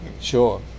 Sure